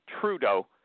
Trudeau